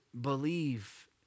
believe